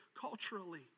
culturally